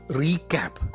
recap